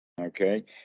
Okay